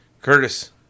Curtis